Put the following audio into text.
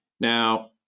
now